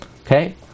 okay